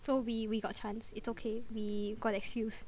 so we we got chance it's okay we got excuse